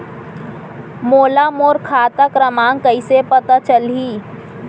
मोला मोर खाता क्रमाँक कइसे पता चलही?